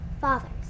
Father's